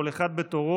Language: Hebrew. כל אחד בתורו,